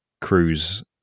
cruise